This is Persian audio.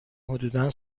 حدودا